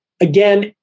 again